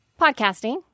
podcasting